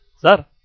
Sir